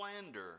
slander